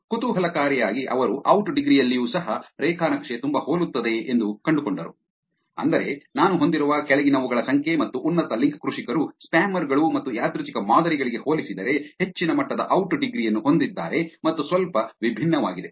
ಕುತೂಹಲಕಾರಿಯಾಗಿ ಅವರು out degree ಯಲ್ಲಿಯೂ ಸಹ ರೇಖಾ ನಕ್ಷೆ ತುಂಬಾ ಹೋಲುತ್ತದೆ ಎಂದು ಕಂಡುಕೊಂಡರು ಅಂದರೆ ನಾನು ಹೊಂದಿರುವ ಕೆಳಗಿನವುಗಳ ಸಂಖ್ಯೆ ಮತ್ತು ಉನ್ನತ ಲಿಂಕ್ ಕೃಷಿಕರು ಸ್ಪ್ಯಾಮರ್ಗಳು ಮತ್ತು ಯಾದೃಚ್ಛಿಕ ಮಾದರಿಗಳಿಗೆ ಹೋಲಿಸಿದರೆ ಹೆಚ್ಚಿನ ಮಟ್ಟದ ಔಟ್ ಡಿಗ್ರಿ ಯನ್ನು ಹೊಂದಿದ್ದಾರೆ ಮತ್ತು ಸ್ವಲ್ಪ ವಿಭಿನ್ನವಾಗಿದೆ